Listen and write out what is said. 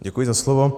Děkuji za slovo.